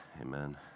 amen